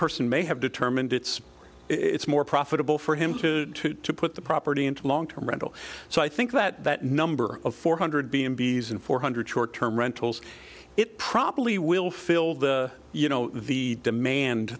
person may have determined it's it's more profitable for him to put the property into a long term rental so i think that that number of four hundred b and b s and four hundred short term rentals it probably will fill the you know the demand